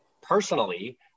Personally